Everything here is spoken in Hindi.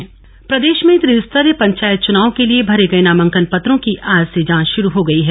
त्रिस्तरीय पंचायत चुनाव प्रदेश में त्रिस्तरीय पंचायत चुनाव के लिए भरे गए नामांकन पत्रों की आज से जांच शुरू हो गई है